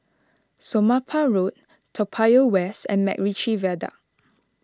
Somapah Road Toa Payoh West and MacRitchie Viaduct